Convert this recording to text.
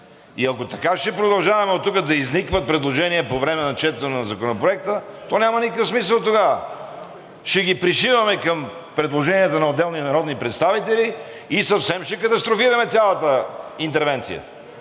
Ако така ще продължаваме оттук да изникват предложения по време на четенето на Законопроекта, то няма никакъв смисъл тогава. Ще ги пришиваме към предложенията на отделни народни представители и съвсем ще катастрофираме цялата интервенция.